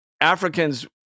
Africans